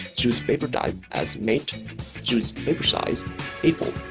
choose paper type as matte choose paper size a four.